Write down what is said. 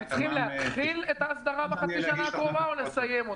הם צריכים להתחיל את ההסדרה בחצי השנה הקרובה או לסיים?